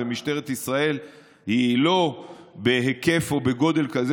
ומשטרת ישראל היא לא בהיקף או בגודל כזה